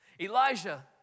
Elijah